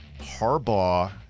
Harbaugh